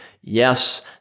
Yes